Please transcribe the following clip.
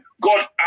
God